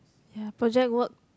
ya project work